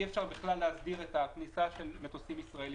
אי אפשר בכלל להסדיר את הכניסה של מטוסים ישראליים.